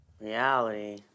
reality